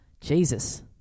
Jesus